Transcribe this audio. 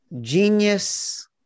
genius